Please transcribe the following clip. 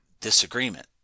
disagreement